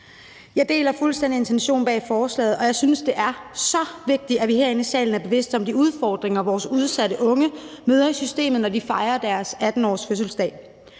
Jeg deler fuldstændig intentionen bag forslaget, og jeg synes, det er så vigtigt, at vi herinde i salen er bevidste om de udfordringer, vores udsatte unge møder i systemet, når de fejrer deres 18-årsfødselsdag.